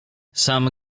sam